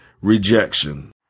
rejection